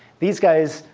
these guys,